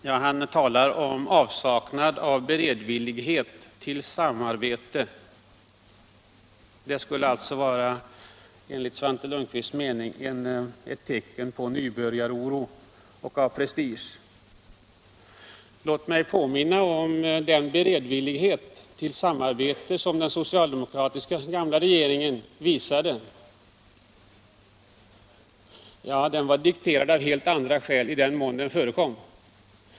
Ja, Svante Lundkvist talar om en avsaknad av beredvillighet till samarbete, som enligt hans uppfattning skulle vara ett tecken på nybörjaroro och på prestigetänkande. Låt mig påminna om den beredvillighet till samarbete som den socialdemokratiska gamla regeringen visade. Den var i den mån den förekom dikterad av helt andra skäl än de sakliga.